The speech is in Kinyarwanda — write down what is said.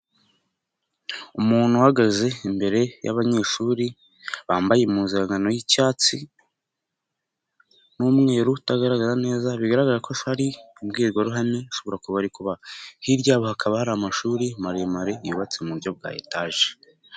umuntu uhagaze imbere y'abanyeshuri bambaye impuzankan yicyatsi n'umweru, utagaragara neza bigaragara ko hari imbwirwaruhame ashobora kuba ari kubaha. Hirya ha bakaba ari amashuri maremare yubatse mu buryo bwa etage.